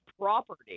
property